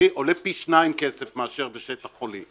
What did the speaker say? עולה פי שניים כסף מאשר בשטח חולי,